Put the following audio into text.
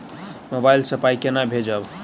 Mobile सँ पाई केना भेजब?